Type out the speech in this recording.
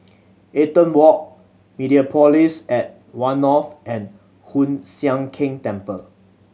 Eaton Walk Mediapolis at One North and Hoon Sian Keng Temple